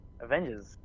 Avengers